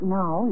now